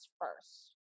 first